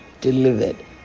delivered